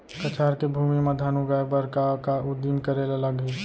कछार के भूमि मा धान उगाए बर का का उदिम करे ला लागही?